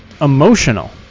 emotional